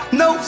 no